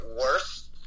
worse